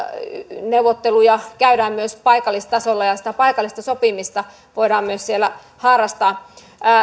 neuvotteluja käydään myös paikallistasolla ja sitä paikallista sopimista voidaan myös siellä harrastaa